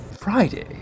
Friday